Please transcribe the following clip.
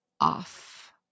off